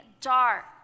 dark